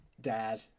Dad